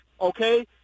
okay